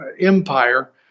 empire